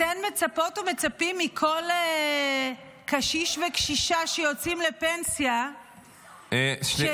אתן מצפות ומצפים מכל קשיש וקשישה שיוצאים לפנסיה --- שנייה.